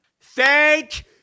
thank